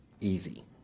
easy